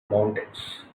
mountains